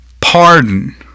pardon